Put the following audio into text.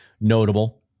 notable